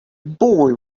boy